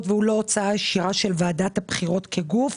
והוא לא הוצאה ישירה של ועדת הבחירות כגוף.